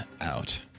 out